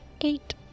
Eight